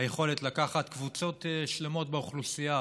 היכולת לקחת קבוצות שלמות באוכלוסייה,